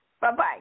Bye-bye